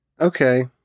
Okay